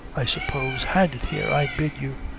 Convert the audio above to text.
i suppose hand it here, i bid you.